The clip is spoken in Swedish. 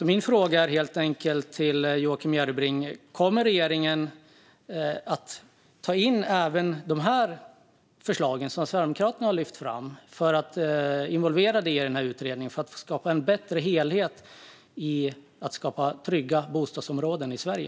Min fråga till Joakim Järrebring är helt enkelt om regeringen kommer att ta in även de förslag som Sverigedemokraterna har lyft fram och involvera dem i utredningen för att skapa en bättre helhet när det gäller att skapa trygga bostadsområden i Sverige.